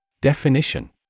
Definition